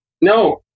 no